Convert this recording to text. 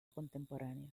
contemporáneo